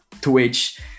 Twitch